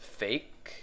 fake